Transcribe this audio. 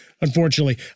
unfortunately